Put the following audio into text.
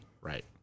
Right